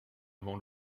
avant